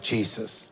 Jesus